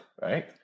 right